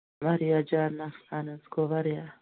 واریاہ زیادٕ نۄقصان حظ گوٚو واریاہ